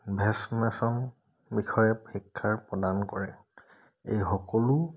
ভেচমেচম বিষয়ে শিক্ষাৰ প্ৰদান কৰে এই সকলো